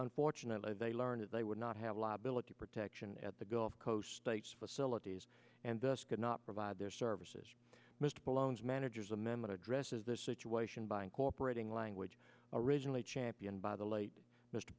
unfortunately they learned they would not have a law billet the protection at the gulf coast states facilities and thus could not provide their services mr bones manager's amendment addresses this situation by incorporating language originally championed by the late mr